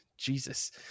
jesus